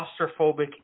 claustrophobic